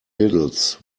littles